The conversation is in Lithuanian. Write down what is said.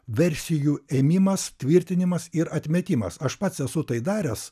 versijų ėmimas tvirtinimas ir atmetimas aš pats esu tai daręs